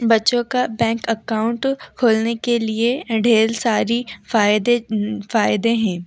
बच्चों का bank account खोलने के लिए ढेर सारी फ़ायदे फ़ायदे हें